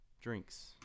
drinks